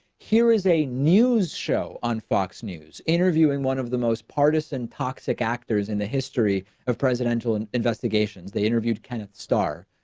here is a news show on fox news interviewing one of the most partisan toxic actors in the history of presidential and investigations. they interviewed kenneth starr,